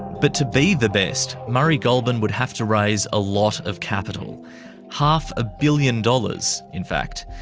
but to be the best, murray goulburn would have to raise a lot of capital half a billion dollars in fact.